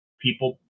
people